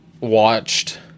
watched